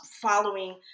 following